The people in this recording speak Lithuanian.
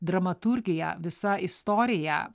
dramaturgija visa istorija